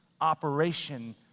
operation